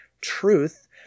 truth